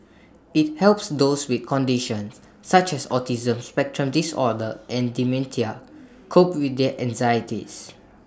IT helps those with conditions such as autism spectrum disorder and dementia cope with their anxieties